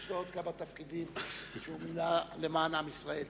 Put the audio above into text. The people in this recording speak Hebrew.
יש לו עוד כמה תפקידים שהוא מילא למען עם ישראל.